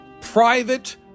private